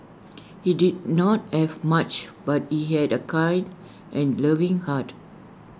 he did not have much but he had A kind and loving heart